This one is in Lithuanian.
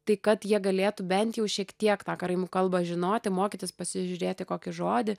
tai kad jie galėtų bent jau šiek tiek tą karaimų kalbą žinoti mokytis pasižiūrėti kokį žodį